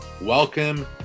Welcome